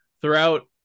throughout